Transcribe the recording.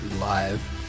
live